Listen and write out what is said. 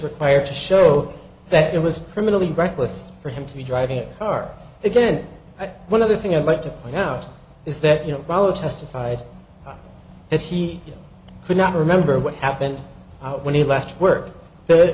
required to show that it was criminally reckless for him to be driving a car again one other thing i'd like to point out is that you know while it's testified that he could not remember what happened when he left work the